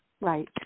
Right